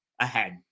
ahead